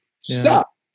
stop